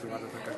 נתקבלה.